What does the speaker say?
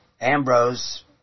Ambrose